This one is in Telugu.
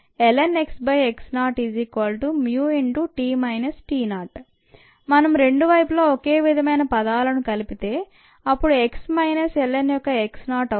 ln xx0μt t0 మనం రెండు వైపులా ఒకే విధమైన పదాలను కలిపితే అప్పుడు x మైనస్ ln యొక్క x నాట్ అవుతుంది